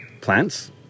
plants